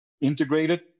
integrated